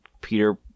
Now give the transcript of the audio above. Peter